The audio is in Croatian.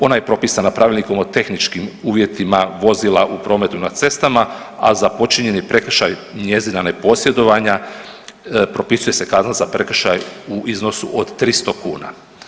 Ona je propisana Pravilnikom o tehničkim uvjetima vozila u prometu na cestama, a za počinjeni prekršaj njezina neposjedovanja propisuje se kazna za prekršaj u iznosu od 300 kuna.